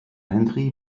henri